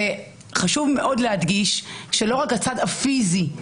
וחשוב מאוד להדגיש שלא רק הצד הפיזי,